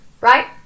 right